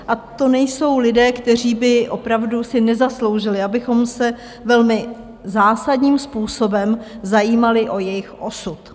A to nejsou lidé, kteří by opravdu si nezasloužili, abychom se velmi zásadním způsobem zajímali o jejich osud.